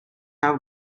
have